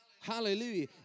Hallelujah